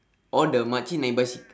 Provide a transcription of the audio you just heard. oh the makcik naik basikal